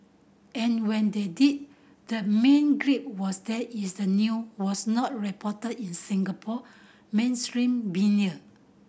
and when they did the main gripe was that is the new was not reported in Singapore mainstream media